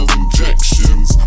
injections